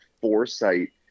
foresight